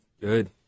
Good